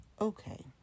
okay